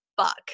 fuck